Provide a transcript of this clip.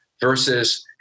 versus